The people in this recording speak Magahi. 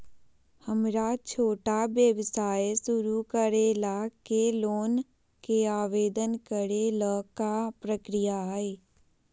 हमरा छोटा व्यवसाय शुरू करे ला के लोन के आवेदन करे ल का प्रक्रिया हई?